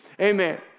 Amen